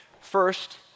first